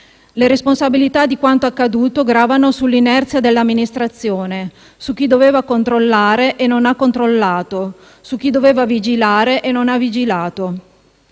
Le responsabilità di quanto accaduto gravano sull'inerzia dell'amministrazione, su chi doveva controllare e non ha controllato, su chi doveva vigilare e non ha vigilato.